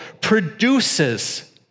produces